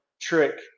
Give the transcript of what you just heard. trick